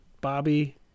Bobby